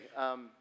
Okay